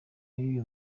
y’uyu